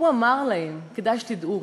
הוא אמר להם, כדאי שתדעו: